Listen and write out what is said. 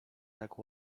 tak